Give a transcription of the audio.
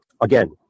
Again